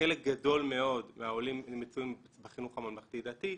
חלק גדול מאוד מהעולים מצויים בחינוך הממלכתי-דתי,